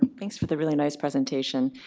thanks for the really nice presentation.